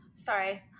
Sorry